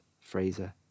Fraser